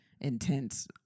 intense